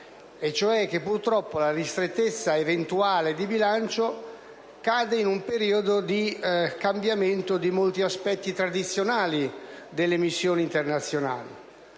purtroppo la ristrettezza eventuale di bilancio cade in un periodo di cambiamento di molti aspetti tradizionali delle missioni internazionali.